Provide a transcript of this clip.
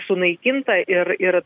sunaikinta ir ir